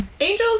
angels